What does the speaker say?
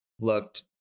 Looked